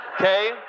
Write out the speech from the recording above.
okay